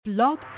Blog